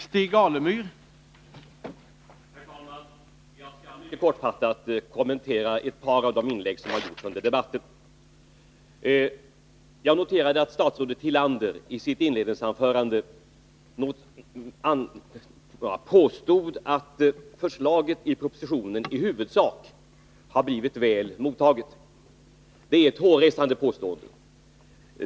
Herr talman! Jag skall kortfattat kommentera ett par av de inlägg som har gjorts under debatten. Jag noterade att statsrådet Tillander i sitt inledningsanförande påstod att förslaget i propositionen i huvudsak har blivit väl mottaget. Detta är ett hårresande påstående.